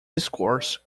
discourse